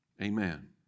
Amen